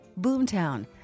Boomtown